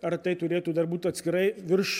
ar tai turėtų būt atskirai virš